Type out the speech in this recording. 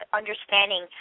understanding